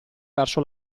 verso